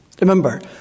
Remember